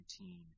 routine